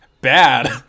bad